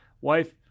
Wife